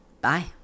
Bye